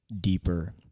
deeper